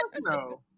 no